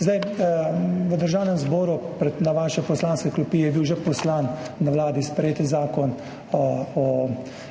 V Državni zbor, na vaše poslanske klopi je že bil poslan na Vladi sprejet zakon o malo